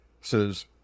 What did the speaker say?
says